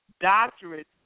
doctorate